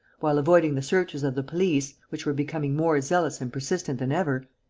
while avoiding the searches of the police, which were becoming more zealous and persistent than ever,